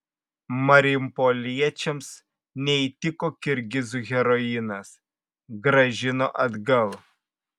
marijampoliečiams neįtiko kirgizų heroinas grąžino atgal